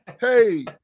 Hey